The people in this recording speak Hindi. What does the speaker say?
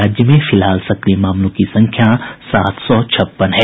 राज्य में फिलहाल सक्रिय मामलों की संख्या सात सौ छप्पन है